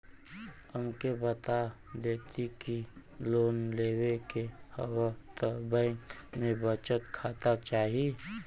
हमके बता देती की लोन लेवे के हव त बैंक में बचत खाता चाही?